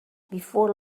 before